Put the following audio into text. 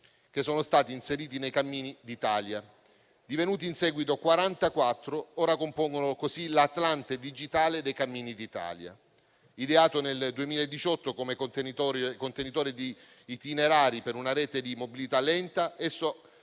che sono stati inseriti nei cammini d'Italia. Divenuti in seguito 44, ora compongono l'atlante digitale dei cammini d'Italia. Ideato nel 2018 come contenitore di itinerari per una rete di mobilità lenta,